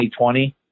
2020